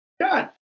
God